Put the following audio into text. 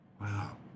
Wow